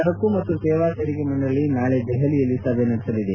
ಸರಕು ಮತ್ತು ಸೇವಾ ತೆರಿಗೆ ಮಂಡಳಿ ನಾಳೆ ದೆಹಲಿಯಲ್ಲಿ ಸಭೆ ನಡೆಸಲಿದೆ